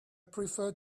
prefer